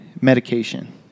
medication